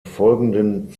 folgenden